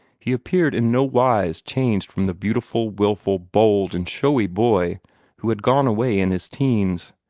he appeared in no wise changed from the beautiful, wilful, bold, and showy boy who had gone away in his teens.